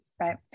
Right